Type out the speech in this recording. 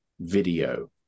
video